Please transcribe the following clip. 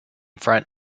front